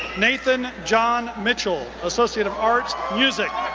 nathan john mitchell, associate of arts, music,